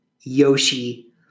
Yoshi